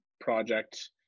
project